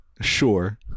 Sure